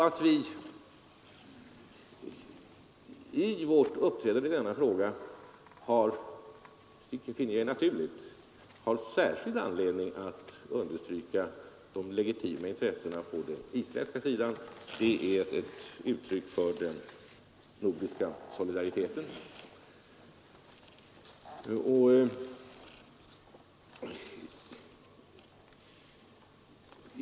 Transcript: Att vi i vårt uppträdande i denna fråga — vilket jag finner är naturligt — har särskild anledning att understryka de legitima intressena på den isländska sidan är ett uttryck just för den nordiska solidariteten.